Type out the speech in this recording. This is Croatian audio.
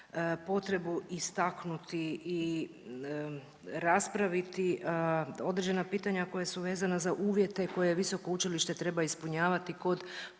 potrebu istaknuti i raspraviti određena pitanja koja su vezana za uvjete koje visoko učilište treba ispunjavati kod